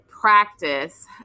practice